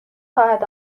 خواهد